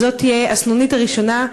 וזאת תהיה הסנונית הראשונה,